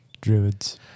druids